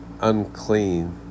unclean